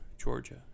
Georgia